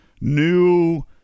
new